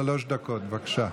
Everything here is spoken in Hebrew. שלוש דקות, בבקשה.